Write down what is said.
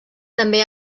també